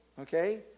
Okay